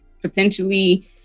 potentially